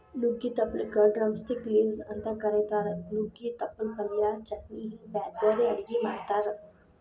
ನುಗ್ಗಿ ತಪ್ಪಲಕ drumstick leaves ಅಂತ ಕರೇತಾರ, ನುಗ್ಗೆ ತಪ್ಪಲ ಪಲ್ಯ, ಚಟ್ನಿ ಹಿಂಗ್ ಬ್ಯಾರ್ಬ್ಯಾರೇ ಅಡುಗಿ ಮಾಡ್ತಾರ